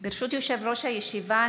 ברשות יושב-ראש הישיבה,